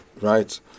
Right